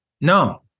no